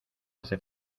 hace